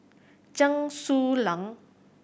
Chen Su Lan